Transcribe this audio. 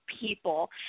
people